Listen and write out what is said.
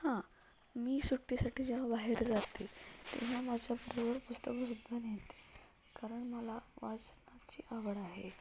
हां मी सुट्टीसाठी जेव्हा बाहेर जाते तेव्हा माझ्या बरोबर पुस्तकंसुद्धा नेते कारण मला वाचनाची आवड आहे